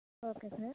okay sir